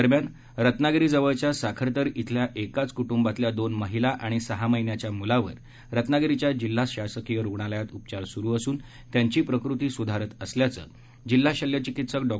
दरम्यान रत्नागिरीजवळच्या साखरतर इथल्या एकाच कुटुंबातल्या दोन महिला आणि सहा महिन्याच्या मुलावर रत्नागिरीच्या जिल्हा शासकीय रुग्णालयात उपचार सुरू असून त्यांची प्रकृती सुधारत असल्याचं जिल्हा शल्य चिकित्सक डॉ